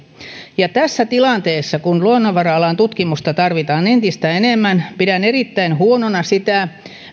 tässä tilanteessa kun luonnonvara alan tutkimusta tarvitaan entistä enemmän pidän erittäin huonona sitä